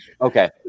Okay